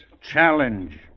challenge